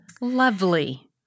Lovely